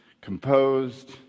composed